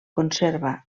conserva